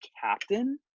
captain